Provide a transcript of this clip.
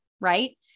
right